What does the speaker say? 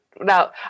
now